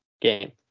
game